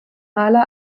maler